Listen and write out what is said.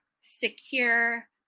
secure